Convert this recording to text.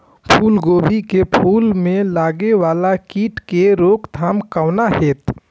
फुल गोभी के फुल में लागे वाला कीट के रोकथाम कौना हैत?